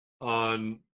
on